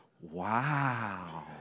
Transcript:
wow